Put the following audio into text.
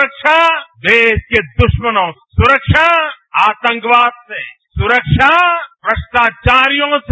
सुरक्षा देश के दुश्मनों से सुरक्षा आतंकवाद से सुरक्षा भ्रष्टाचारियों से